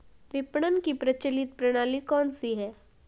विपणन की प्रचलित प्रणाली कौनसी है?